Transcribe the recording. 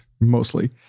mostly